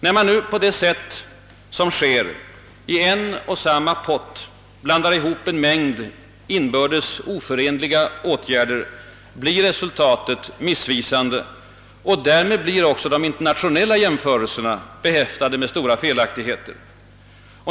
När man på det sätt som sker, i en och samma pott, blandar ihop en mängd inbördes oförenliga åtgärder blir resultatet missvisande. Därmed blir också de internationella jämförelserna behäftade med stora felaktigheter.